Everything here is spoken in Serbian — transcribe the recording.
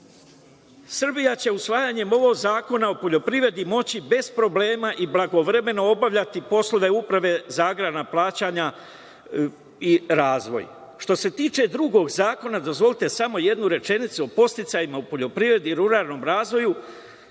Srbija će usvajanjem ovog zakona o poljoprivredi moći bez problema i blagovremeno obavljati poslove Uprave za agrarna plaćanja i razvoj. Što se tiče drugog zakona, dozvolite samo jednu rečenicu o podsticajima u poljoprivredi i ruralnom razvoju